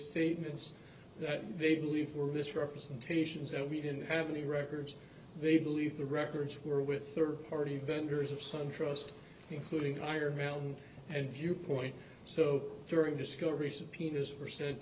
statements that they believe were this representations that we didn't have any records they believe the records were with third party vendors of sun trust including higher and viewpoint so during discovery subpoenas were sent